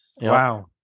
Wow